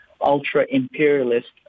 ultra-imperialist